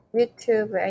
YouTube